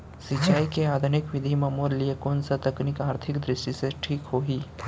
सिंचाई के आधुनिक विधि म मोर लिए कोन स तकनीक आर्थिक दृष्टि से ठीक होही?